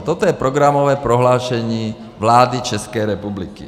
Toto je programové prohlášení vlády České republiky.